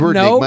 no